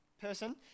person